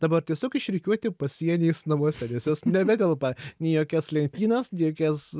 dabar tiesiog išrikiuoti pasieniais namuose nes jos nebetelpa į jokias lentynas jokias